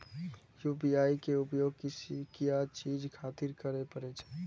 UPI के उपयोग किया चीज खातिर करें परे छे?